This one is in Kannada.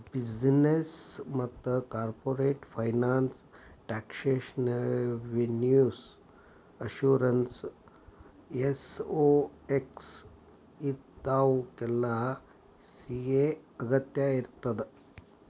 ಬಿಸಿನೆಸ್ ಮತ್ತ corporate finance taxation revenue assurance SOX ಇಂತಾವುಕ್ಕೆಲ್ಲಾ ಸಿ.ಎ ಅಗತ್ಯಇರ್ತದ